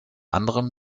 anderem